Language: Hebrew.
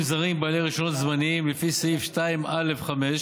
זרים בעלי רישיונות זמניים לפי סעיף 2(א)(5)